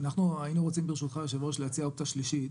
אנחנו היינו רוצים ברשותך יושב הראש להציע אופציה שלישית.